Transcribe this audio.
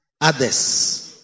others